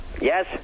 Yes